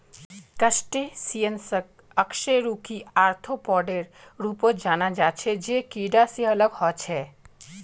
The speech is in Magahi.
क्रस्टेशियंसक अकशेरुकी आर्थ्रोपोडेर रूपत जाना जा छे जे कीडा से अलग ह छे